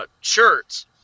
Shirts